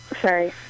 Sorry